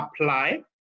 apply